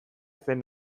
zen